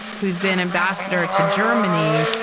who's been ambassador to germany,